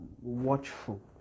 watchful